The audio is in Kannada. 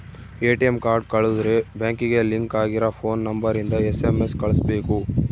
ಎ.ಟಿ.ಎಮ್ ಕಾರ್ಡ್ ಕಳುದ್ರೆ ಬ್ಯಾಂಕಿಗೆ ಲಿಂಕ್ ಆಗಿರ ಫೋನ್ ನಂಬರ್ ಇಂದ ಎಸ್.ಎಮ್.ಎಸ್ ಕಳ್ಸ್ಬೆಕು